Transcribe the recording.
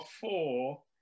four